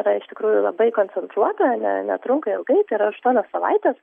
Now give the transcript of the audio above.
na iš tikrųjų labai koncentruota ne netrunka ilgai tai yra aštuonios savaitės